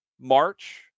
March